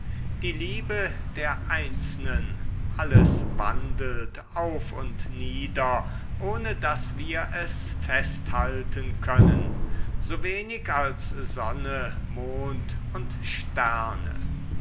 die liebe der einzelnen alles wandelt auf und nieder ohne daß wir es festhalten können so wenig als sonne mond und sterne